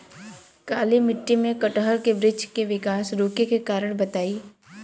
काली मिट्टी में कटहल के बृच्छ के विकास रुके के कारण बताई?